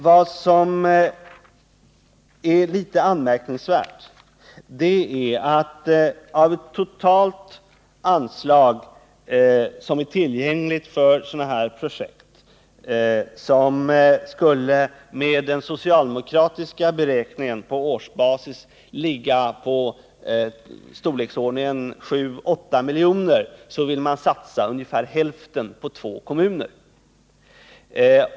Vad som är litet anmärkningsvärt är att av ett totalt anslag som är tillgängligt för sådana här projekt som med den socialdemokratiska beräkningen på årsbasis skulle ligga i storleksordningen 7-8 miljoner vill man satsa ungefär hälften på två kommuner.